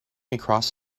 across